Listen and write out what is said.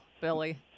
Billy